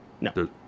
No